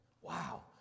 Wow